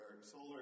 solar